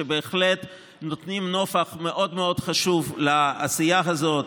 שבהחלט נותנים נופך מאוד מאוד חשוב לעשייה הזאת.